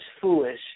foolish